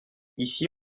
ici